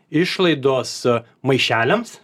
išlaidos maišeliams